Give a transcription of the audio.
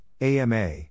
AMA